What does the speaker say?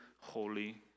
holy